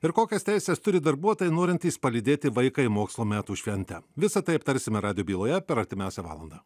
ir kokias teises turi darbuotojai norintys palydėti vaiką į mokslo metų šventę visa tai aptarsime radijo byloje per artimiausią valandą